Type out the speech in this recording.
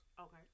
okay